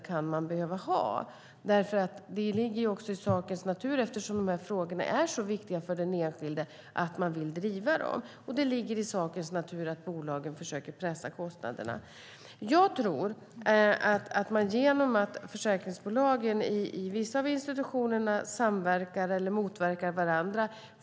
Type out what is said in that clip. Det ligger nämligen i sakens natur att man vill driva dessa frågor, eftersom de är så viktiga för den enskilde. Det ligger också i sakens natur att bolagen försöker pressa kostnaderna. Jag tror att man får en någorlunda bra balans genom att försäkringsbolagen i vissa av institutionerna samverkar eller motverkar varandra.